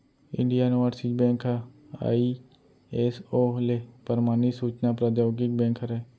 Indian overseas bank ह ISO ले परमानित सूचना प्रौद्योगिकी बेंक हरय